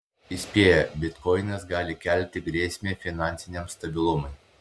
įspėja bitkoinas gali kelti grėsmę finansiniam stabilumui